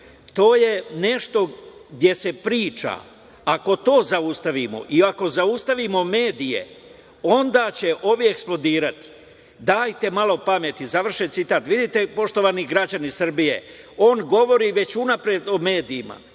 To je nešto gde se priča. Ako to zaustavimo i ako zaustavimo medije, onda će ovi eksplodirati. Dajte malo pameti", završen citat. Vidite, poštovani građani Srbije, on govori već unapred o medijima,